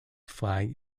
flag